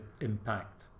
impact